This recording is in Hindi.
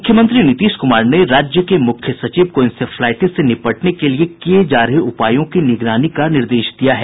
मुख्यमंत्री नीतीश कुमार ने राज्य के मुख्य सचिव को इंसेफ्लाईटिस से निपटने के लिए किये जा रहे उपायों की निगरानी का निर्देश दिया है